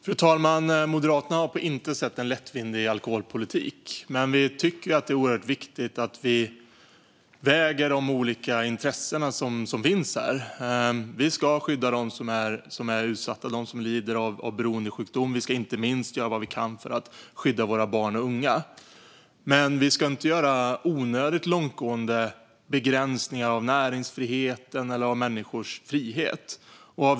Fru talman! Moderaterna har på intet sätt en lättvindig alkoholpolitik. Moderaterna tycker dock att det är oerhört viktigt att väga de olika intressen som finns här. Vi ska skydda dem som är utsatta och dem som lider av beroendesjukdom. Vi ska inte minst göra vad vi kan för att skydda våra barn och unga. Vi ska dock inte införa onödigt långtgående begränsningar av näringsfriheten eller av människors frihet.